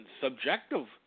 subjective